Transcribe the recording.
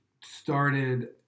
started